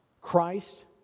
Christ